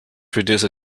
produce